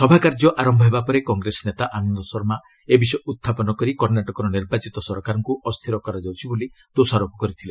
ସଭା କାର୍ଯ୍ୟ ଆରମ୍ଭ ହେବା ପରେ କଂଗ୍ରେସ ନେତା ଆନନ୍ଦ ଶର୍ମା ଏ ବିଷୟ ଉହ୍ଚାପନ କରି କର୍ଷ୍ଣାଟକର ନିର୍ବାଚିତ ସରକାରଙ୍କ ଅସ୍ଥିର କରାଯାଉଛି ବୋଲି ଦୋଷାରୋପ କରିଥିଲେ